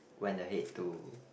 when I hate to